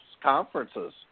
conferences